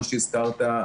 מה שהזכרת,